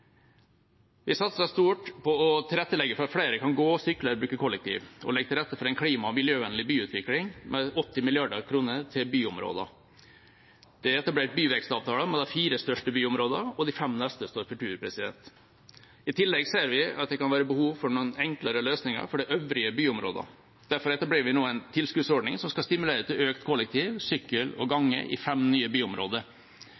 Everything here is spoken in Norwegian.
Vi satser stort på å tilrettelegge for at flere kan gå, sykle eller bruke kollektivtransport, og legger til rette for en klima- og miljøvennlig byutvikling med 80 mrd. kr til byområder. Det er etablert byvekstavtaler med de fire største byområdene, og de fem neste står for tur. I tillegg ser vi at det kan være behov for noen enklere løsninger for de øvrige byområdene. Derfor etablerer vi nå en tilskuddsordning som skal stimulere til økt kollektiv, sykkel og